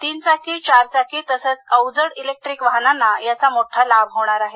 तीन चाकी चार चाकी तसंच अवजड इलेक्ट्रीक वाहनांना याचा मोठा लाभ होणार आहे